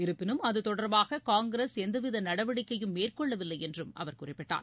இருப்பினும் அது தொடர்பாக காங்கிரஸ் எவ்வித நடவடிக்கையும் மேற்கொள்ளவில்லை என்றும் அவர் குறிப்பிட்டார்